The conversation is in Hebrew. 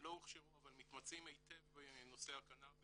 שלא הוכשרו אבל מתמצאים היטב בנושאי הקנאביס